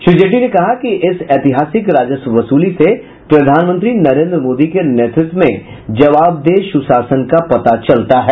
श्री जेटली ने कहा कि इस ऐतिहासिक राजस्व वसूली से प्रधानमंत्री नरेन्द्र मोदी के नेतृत्व में जवाबदेह सूशासन का पता चलता है